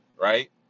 Right